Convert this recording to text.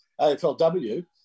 AFLW